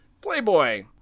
Playboy